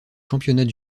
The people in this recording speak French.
championnats